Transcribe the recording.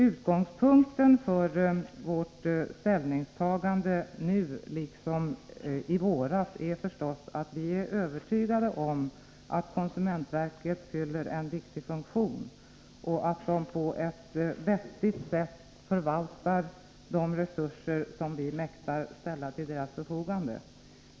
Utgångspunkten för vårt ställningstagande nu liksom i våras är förstås att vi är övertygade om att konsumentverket fyller en viktig funktion och att det på ett vettigt sätt förvaltar de resurser som vi mäktar ställa till dess förfogande.